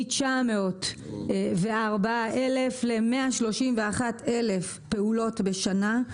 מ-904 אלף ל-131 אלף פעולות בשנה.